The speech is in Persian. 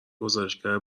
گزارشگر